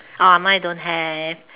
uh mine don't have